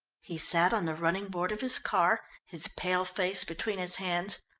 he sat on the running board of his car, his pale face between his hands,